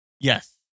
Yes